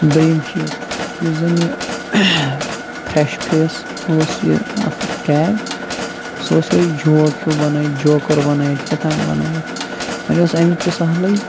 دٔیِم چیٖز یُس زَن یہِ فرٛٮ۪ش فیس اوس یہِ اَتھ ٹیگ سُہ اوس یِہوٚے جوک ہیوٗ بَنٲیِتھ جوکَر بَنٲیِتھ کیٛاہ تھام بَنٲیِتھ وۄنۍ اوس اَمیُک تہِ سَہلٕے